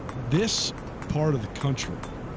this part of the country